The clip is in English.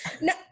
No